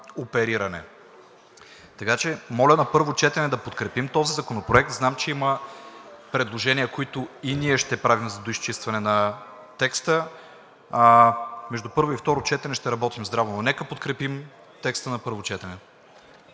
опериране. Моля на първо четене да подкрепим този законопроект. Знам, че има предложения, които и ние ще направим за доизчистване на текста. Между първо и второ четене ще работим здраво, но нека да подкрепим текста на първо четене.